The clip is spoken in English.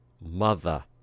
mother